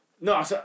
No